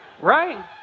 right